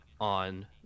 on